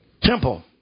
temple